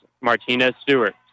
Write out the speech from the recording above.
Martinez-Stewart